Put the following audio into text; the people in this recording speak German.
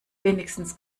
wenigstens